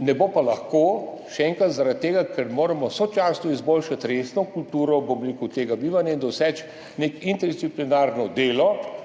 Ne bo pa lahko, še enkrat, zaradi tega ker moramo sočasno resno izboljšati kulturo tega bivanja in doseči neko interdisciplinarno delo,